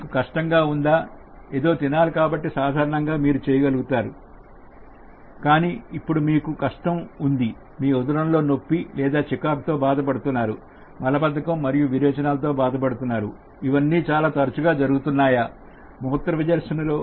మీకు కష్టంగా ఉందా ఏదో తినాలి కాబట్టి సాధారణంగా మీరు చేయగలుగుతారు కానీ ఇప్పుడు మీకు కష్టంగా ఉంది మీ ఉదరంలో నొప్పి లేదా చికాకు తో బాధపడుతున్నారు మలబద్ధకం మరియు విరేచనాలతో బాధపడుతున్నారు ఇవన్నీ చాలా తరచుగా రుగుతున్నాయా